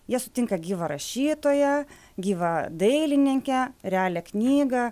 jie sutinka gyvą rašytoją gyvą dailininkę realią knygą